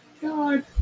God